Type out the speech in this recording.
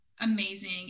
amazing